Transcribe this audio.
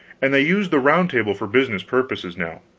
and they used the round table for business purposes now.